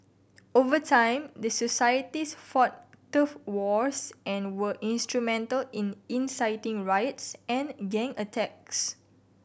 over time the societies fought turf wars and were instrumental in inciting riots and gang attacks